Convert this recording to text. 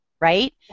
Right